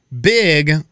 big